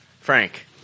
Frank